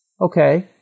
Okay